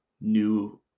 new